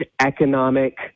economic